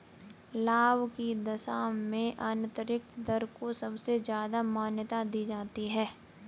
लाभ की दशा में आन्तरिक दर को सबसे ज्यादा मान्यता दी जाती है